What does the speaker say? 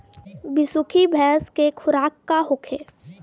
बिसुखी भैंस के खुराक का होखे?